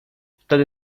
wtedy